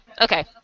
okay